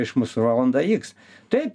išmus valanda iks taip